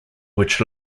which